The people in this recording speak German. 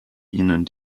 ihnen